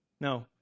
No